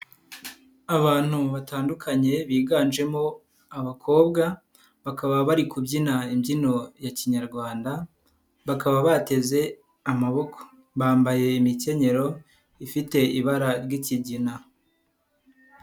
Abantu batandukanye biganjemo abakobwa, bakaba bari kubyina imbyino ya Kinyarwanda, bakaba bateze amaboko, bambaye imikenyero ifite ibara ry'ikigina.